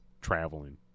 traveling